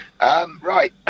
Right